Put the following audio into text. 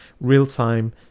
real-time